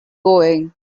going